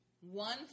one